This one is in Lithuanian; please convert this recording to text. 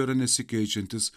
yra nesikeičiantis